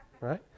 Right